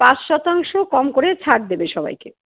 পাঁচ শতাংশ কম করে ছাড় দেবে সবাইকে